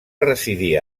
residir